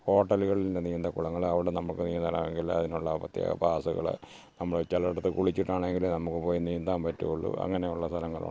ഹോട്ടല്കളുടെ നീന്തൽ കുളങ്ങൾ അവിടെ നമുക്ക് നീന്താനാണെങ്കിൽ അതിനുള്ള പ്രത്യേക പാസ്സുകൾ നമ്മൾ ചിലയിടത്ത് കുളിച്ചിട്ടാണെങ്കിലേ നമുക്ക് പോയി നീന്താൻ പറ്റുകയുള്ളൂ അങ്ങനെയുള്ള സ്ഥലങ്ങളുണ്ട്